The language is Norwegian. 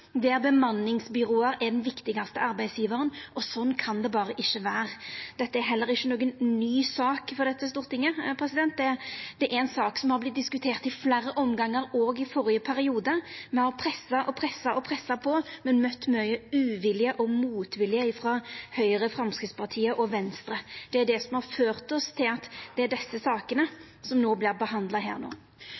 der bemanningsbyrået er den viktigaste arbeidsgjevaren – og slik kan det berre ikkje vera. Dette er heller ikkje ei ny sak for dette stortinget. Det er ei sak som har vore diskutert i fleire omgangar, òg i førre periode. Me har pressa på og pressa på, men møtt mykje uvilje og motvilje frå Høgre, Framstegspartiet og Venstre. Det er det som har ført til at det er desse sakene som no vert behandla her.